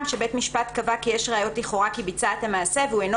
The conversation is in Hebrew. שבית משפט קבע כי יש ראיות לכאורה כי ביצע את המעשה והוא אינו